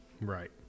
Right